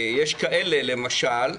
כאלה למשל,